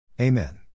Amen